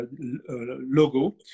logo